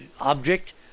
object